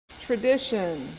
tradition